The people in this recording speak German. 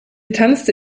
tanzte